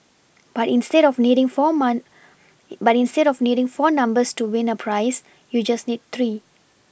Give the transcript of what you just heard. but instead of needing four month but instead of needing four numbers to win a prize you need just three